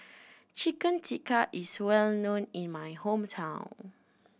Chicken Tikka is well known in my hometown